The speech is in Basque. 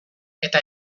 eta